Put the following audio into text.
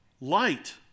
light